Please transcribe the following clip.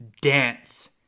dance